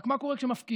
רק מה קורה כשמפקיעים?